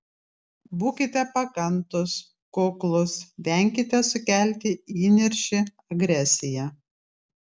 būkite pakantūs kuklūs venkite sukelti įniršį agresiją